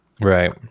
Right